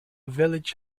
village